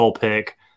pick